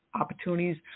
opportunities